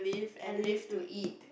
and live to eat